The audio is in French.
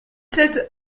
sept